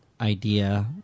idea